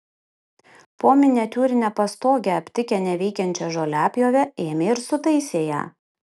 po miniatiūrine pastoge aptikę neveikiančią žoliapjovę ėmė ir sutaisė ją